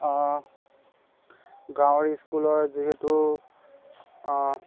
গাঁৱৰ স্কুলৰ যিহেতু